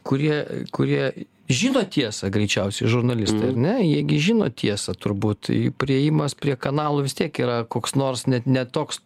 kurie kurie žino tiesą greičiausiai žurnalistai ar ne jie gi žino tiesą turbūt priėjimas prie kanalų vis tiek yra koks nors net ne toks